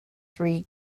three